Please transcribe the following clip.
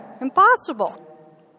Impossible